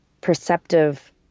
perceptive